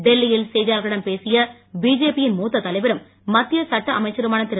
டெல்லியில் செய்தியாளர்களிடம் பேசிய பிஜேபியின் மூத்த தலைவரும் மத்திய சட்ட அமைச்சருமான திரு